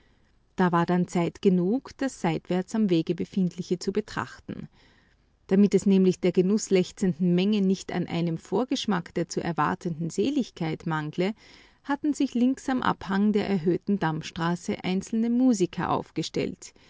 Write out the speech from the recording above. da war denn zeit genug das seitwärts am wege befindliche zu betrachten damit es nämlich der genußlechzenden menge nicht an einem vorschmack der zu erwartenden seligkeit mangle hatten sich links am abhang der erhöhten dammstraße einzelne musiker aufgestellt